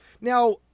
Now